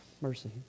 Mercy